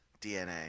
DNA